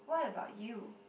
what about you